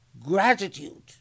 Gratitude